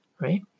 right